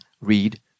read